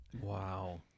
Wow